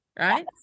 right